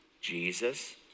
Jesus